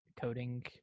coding